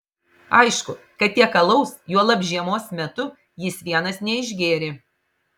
aišku kad tiek alaus juolab žiemos metu jis vienas neišgėrė